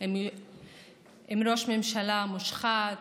עם ראש ממשלה מושחת,